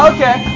Okay